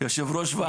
כיושב-ראש ועדה.